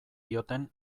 dioten